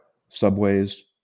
Subways